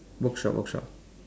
bookshop bookshop